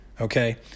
Okay